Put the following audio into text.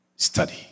Study